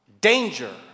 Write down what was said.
danger